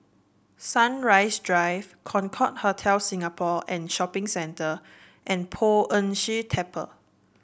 Sunrise Drive Concorde Hotel Singapore and Shopping Centre and Poh Ern Shih Temple